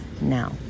Now